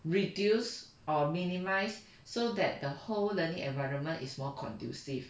reduced or minimised so that the whole learning environment is more conducive